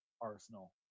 arsenal